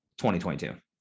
2022